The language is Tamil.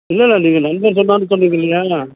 இல்லை இல்லை நீங்கள் நண்பர் சொன்னாருன்னு சொன்னீங்க இல்லையா